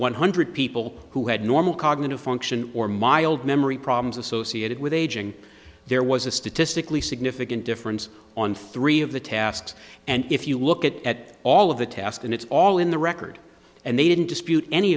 one hundred people who had normal cognitive function or mild memory problems associated with aging there was a statistically significant difference on three of the tasks and if you look at all of the tasks and it's all in the record and they didn't dispute any